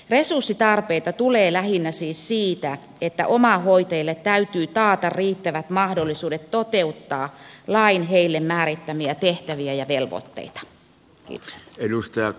resurssitarpeita tulee lähinnä siis siitä että omahoitajille täytyy taata riittävät mahdollisuudet toteuttaa lain heille määrittämiä tehtäviä ja velvoitteita